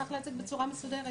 אני אשמח להציג בצורה מסודרת.